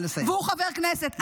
והוא חבר כנסת.